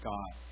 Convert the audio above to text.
God